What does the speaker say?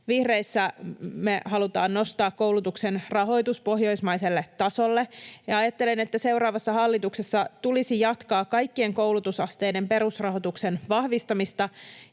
Vihreissä me halutaan nostaa koulutuksen rahoitus pohjoismaiselle tasolle. Ja ajattelen, että seuraavassa hallituksessa tulisi jatkaa kaikkien koulutusasteiden perusrahoituksen vahvistamista